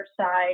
side